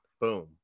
Boom